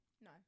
No